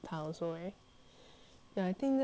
ya I think that's one of the reason leh so